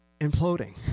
imploding